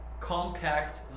compact